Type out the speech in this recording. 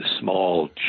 small